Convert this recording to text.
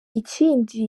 ikindi